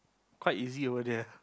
quite easy over there